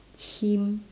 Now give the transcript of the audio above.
chim